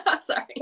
Sorry